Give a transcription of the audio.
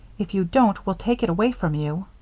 if you don't, we'll take it away from you.